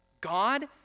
God